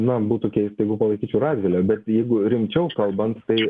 na būtų keista jeigu palaikyčiau radilę bet jeigu rimčiau kalbant tai